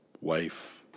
wife